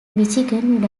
michigan